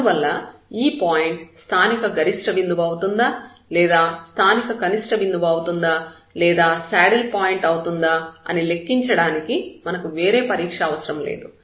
అందువల్ల ఈ పాయింట్ స్థానిక గరిష్ట బిందువు అవుతుందా లేదా స్థానిక కనిష్ట బిందువు అవుతుందా లేదా శాడిల్ పాయింట్ అవుతుందా అని లెక్కించడానికి మనకు వేరే పరీక్ష అవసరం లేదు